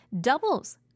doubles